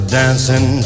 dancing